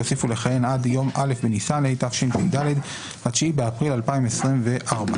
יוסיפו לכהן עד יום א' בניסן התשפ"ד (9 באפריל 2024); (2)